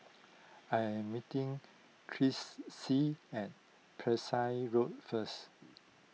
I am meeting Chrissie at Pesek Road first